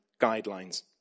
guidelines